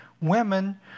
women